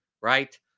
Right